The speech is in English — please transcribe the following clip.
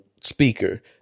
speaker